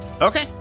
Okay